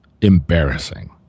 embarrassing